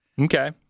Okay